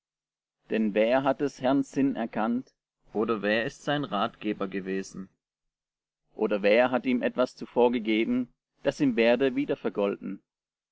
denn wer hat des herrn sinn erkannt oder wer ist sein ratgeber gewesen oder wer hat ihm etwas zuvor gegeben daß ihm werde wiedervergolten